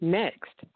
next